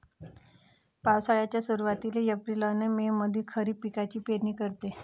पावसाळ्याच्या सुरुवातीले एप्रिल अन मे मंधी खरीप पिकाची पेरनी करते